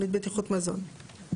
בטיחות מזון.